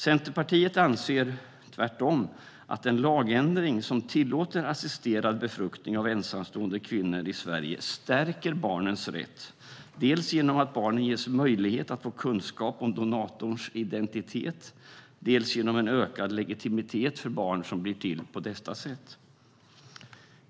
Centerpartiet anser tvärtom att en lagändring som tillåter assisterad befruktning av ensamstående kvinnor i Sverige stärker barnens rätt, dels genom att barnen ges möjlighet att få kunskap om donatorns identitet, dels genom en ökad legitimitet för de barn som blir till på detta sätt.